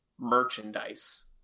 merchandise